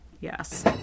Yes